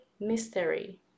Mystery